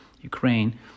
ukraine